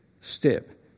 step